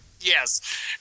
yes